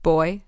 Boy